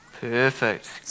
Perfect